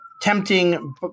tempting